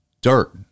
dirt